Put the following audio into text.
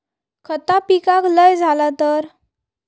खता पिकाक लय झाला तर?